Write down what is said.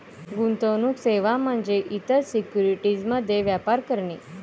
गुंतवणूक सेवा म्हणजे इतर सिक्युरिटीज मध्ये व्यापार करणे